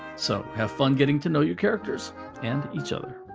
so, have fun getting to know your characters and each other.